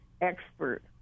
expert